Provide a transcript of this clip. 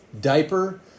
Diaper